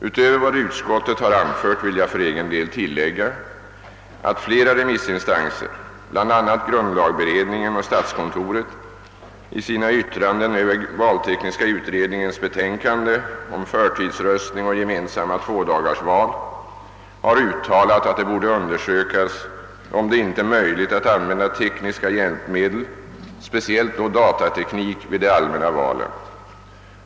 Utöver vad utskottet har anfört vill jag för egen del tillägga att flera remissinstanser — bl.a. grundlagberedningen och statskontoret — i sina yttranden över valtekniska utredningens betänkande »Förtidsröstning och gemensamma tvådagarsval» har uttalat att det borde undersökas om det inte är möjligt att använda tekniska hjälpmedel, speciellt då datateknik, vid de allmänna valen.